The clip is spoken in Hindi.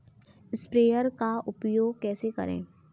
स्प्रेयर का उपयोग कैसे करें?